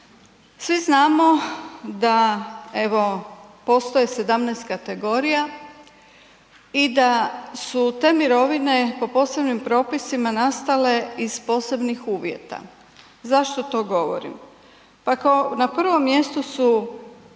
Svi znamo da evo postoje 17 kategorija i da su te mirovine po posebnim propisima nastale iz posebnih uvjeta. Zašto to govorim? Pa kao, na prvom mjestu su